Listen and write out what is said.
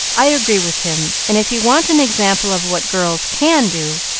i agree with him, and if you want an example of what girls can do,